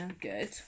good